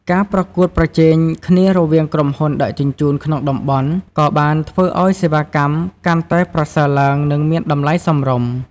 ការប្រកួតប្រជែងគ្នារវាងក្រុមហ៊ុនដឹកជញ្ជូនក្នុងតំបន់ក៏បានធ្វើឱ្យសេវាកម្មកាន់តែប្រសើរឡើងនិងមានតម្លៃសមរម្យ។